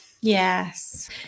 yes